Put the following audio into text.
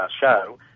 show